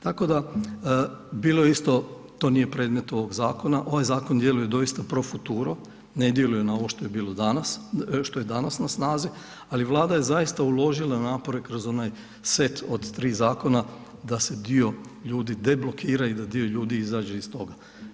Tako da, bilo je isto, to nije predmet ovog zakona, ovaj zakon djeluje doista profutoro, ne djeluje na ovo što je bilo danas, što je danas na snazi, ali Vlada je zaista uložila napore kroz onaj set od tri zakona da se dio ljudi deblokira i da dio ljudi izađe iz toga.